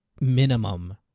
minimum